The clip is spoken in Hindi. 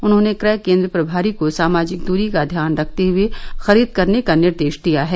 उन्होंने क्रय केंद्र प्रभारी को सामाजिक दूरी का ध्यान रखते हुए खरीद करने का निर्देश दिया है